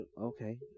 Okay